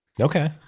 Okay